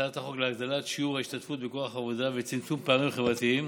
הצעת החוק להגדלת שיעור ההשתתפות בכוח העבודה ולצמצום פערים חברתיים